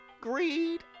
greed